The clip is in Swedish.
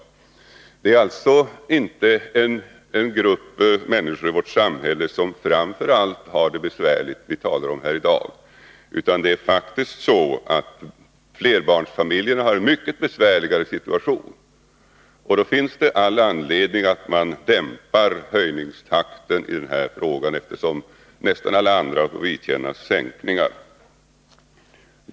Det är alltså inte den grupp människor i vårt land som framför allt har det besvärligt som vi här talar om. Flerbarnsfamiljerna har faktiskt en mycket besvärligare situation. Därför finns det all anledning att i denna fråga dämpa - höjningstakten. Nästan alla andra får ju vidkännas sänkningar.